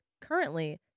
currently